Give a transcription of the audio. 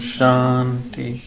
Shanti